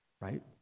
right